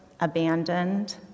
abandoned